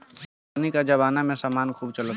organic ए जबाना में समान खूब चलता